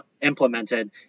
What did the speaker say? implemented